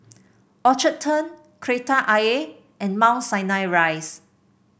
Orchard Turn Kreta Ayer and Mount Sinai Rise